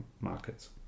markets